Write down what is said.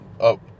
up